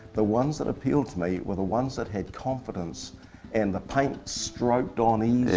the ones that appealed to me were the ones that had confidence and the paint stroked on easily,